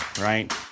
right